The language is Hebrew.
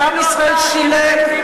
שעם ישראל שילם,